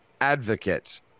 advocate